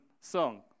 song